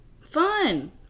Fun